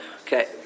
Okay